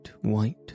white